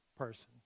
person